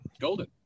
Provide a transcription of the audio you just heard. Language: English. golden